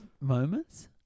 moments